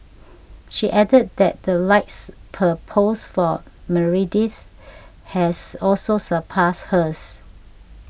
she added that the likes per post for Meredith has also surpassed hers